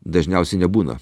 dažniausiai nebūna